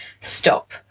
stop